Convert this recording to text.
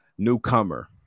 newcomer